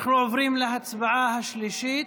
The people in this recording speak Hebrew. אנחנו עוברים להצעה השלישית,